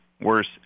worse